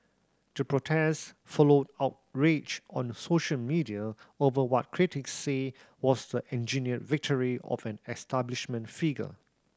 the protest followed outrage on the social media over what critics say was the engineered victory of an establishment figure